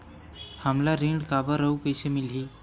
हमला ऋण काबर अउ कइसे मिलही?